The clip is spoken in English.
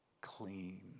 clean